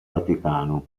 vaticano